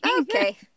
okay